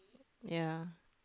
ya